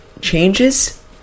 changes